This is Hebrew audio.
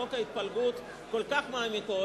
לחוק ההתפלגות כל כך מעמיקות,